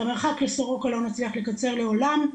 את המרחק לסורוקה לא נצליח לקצר לעולם,